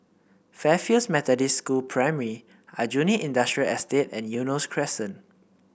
Fairfield Methodist School Primary Aljunied Industrial Estate and Eunos Crescent